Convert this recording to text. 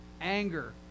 Anger